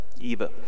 Eva